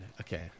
okay